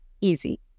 easy